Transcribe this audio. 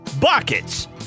Buckets